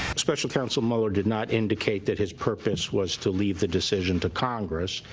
special counsel mueller did not indicate that his purpose was to leave the decision to congress.